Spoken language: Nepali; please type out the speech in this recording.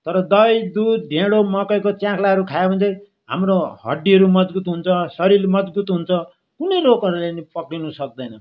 तर दही दुध ढिडो मकैको च्याख्लाहरू खायो भने चाहिँ हाम्रो हड्डीहरू मजबुत हुन्छ शरीर मजबुत हुन्छ कुनै रोगहरूले पनि पक्रिनु सक्दैन